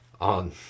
on